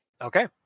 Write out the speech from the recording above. Okay